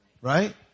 right